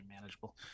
manageable